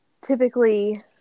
typically